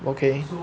okay